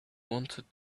wanted